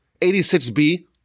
86b